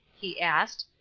he asked,